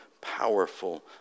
powerful